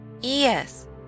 Yes